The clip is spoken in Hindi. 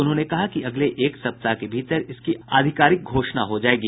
उन्होंने कहा कि अगले एक सप्ताह के भीतर इसकी आधिकारिक घोषणा हो जायेगी